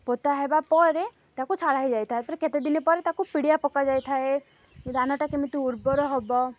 ପୋତା ହେବା ପରେ ତାକୁ ଛାଡ଼ ହେଇଯାଇଥାଏ ପରେ କେତେ ଦିନ ପରେ ତାକୁ ପିଡ଼ିଆ ପକାଯାଇଥାଏ ଧାନଟା କେମିତି ଉର୍ବର ହବ